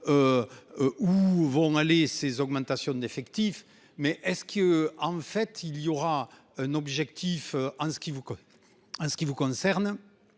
Où vont aller ces augmentations d'effectifs. Mais est-ce que en fait il y aura un objectif en ce qui vous quoi hein.